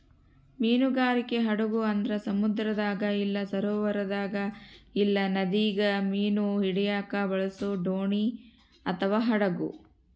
ಮೀನುಗಾರಿಕೆ ಹಡಗು ಅಂದ್ರ ಸಮುದ್ರದಾಗ ಇಲ್ಲ ಸರೋವರದಾಗ ಇಲ್ಲ ನದಿಗ ಮೀನು ಹಿಡಿಯಕ ಬಳಸೊ ದೋಣಿ ಅಥವಾ ಹಡಗು